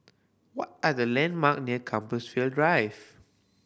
what are the landmark near Compassvale Drive